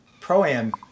Pro-Am